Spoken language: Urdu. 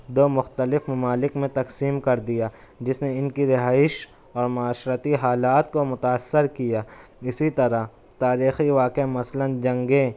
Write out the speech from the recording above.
دو مختلف ممالک میں تقسیم کر دیا جس نے ان کی رہائش اور معاشرتی حالات کو متاثر کیا اسی طرح تاریخی واقعہ مثلاً جنگیں